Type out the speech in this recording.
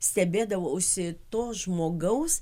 stebėdavausi to žmogaus